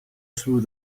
through